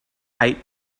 eight